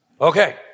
Okay